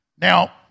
Now